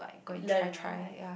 learn right